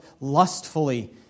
lustfully